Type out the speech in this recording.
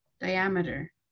Diameter